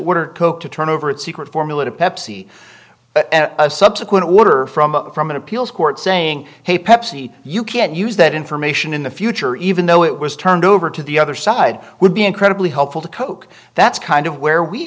or coke to turn over its secret formula to pepsi and a subsequent order from a from an appeals court saying hey pepsi you can't use that information in the future even though it was turned over to the other side would be incredibly helpful to coke that's kind of where we